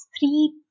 three